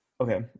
Okay